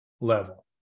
level